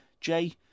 Jay